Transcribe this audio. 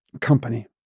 company